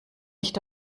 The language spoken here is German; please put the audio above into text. nicht